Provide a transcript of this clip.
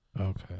Okay